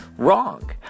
wrong